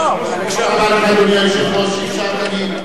תודה לך, אדוני היושב-ראש, שאפשרת לי.